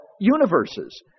universes